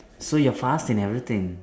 so you're fast in everything